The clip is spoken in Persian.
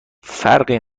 فرقی